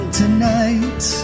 tonight